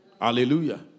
Hallelujah